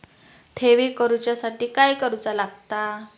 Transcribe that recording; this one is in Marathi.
ठेवी करूच्या साठी काय करूचा लागता?